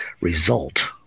result